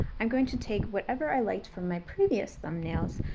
i'm going to take whatever i liked from my previous thumbnails,